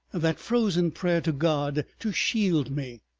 that frozen prayer to god to shield me,